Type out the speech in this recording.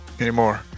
anymore